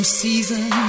season